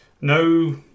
no